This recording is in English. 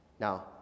Now